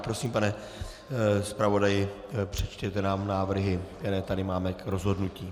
Prosím, pane zpravodaji, přečtěte nám návrhy, které tady máme k rozhodnutí.